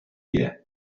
here